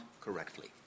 correctly